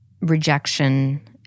rejection